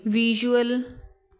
visual